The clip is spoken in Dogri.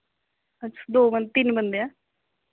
अच्छा दो तिन बंदे ऐ